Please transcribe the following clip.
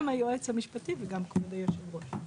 גם היועץ המשפטי וגם כבוד יושב הראש.